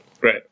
Right